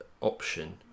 option